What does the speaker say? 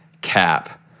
Cap